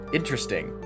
interesting